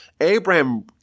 Abraham